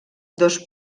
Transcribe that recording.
dos